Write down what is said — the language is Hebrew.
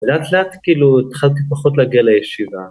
ולאט לאט כאילו התחלתי פחות להגיע לישיבה.